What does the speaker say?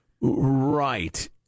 right